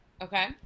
Okay